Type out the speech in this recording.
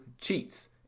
cheats